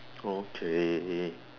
okay